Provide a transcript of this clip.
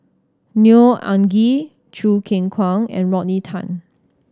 Neo Anngee Choo Keng Kwang and Rodney Tan